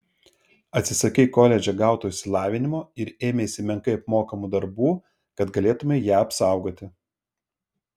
atsisakei koledže gauto išsilavinimo ir ėmeisi menkai apmokamų darbų kad galėtumei ją apsaugoti